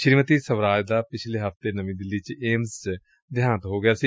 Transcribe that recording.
ਸ੍ਰੀਮਤੀ ਸਵਰਾਜ ਦਾ ਪਿਛਲੇ ਹਫਤੇ ਨਵੀਂ ਦਿੱਲੀ ਚ ਏਮਜ਼ ਵਿਚ ਦੇਹਾਂਤ ਹੋ ਗਿਆ ਸੀ